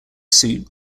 suit